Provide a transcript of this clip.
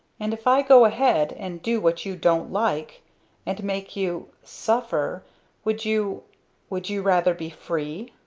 and if i go ahead, and do what you don't like and make you suffer would you would you rather be free?